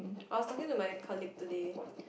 I was talking to my colleague today